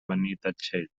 benitatxell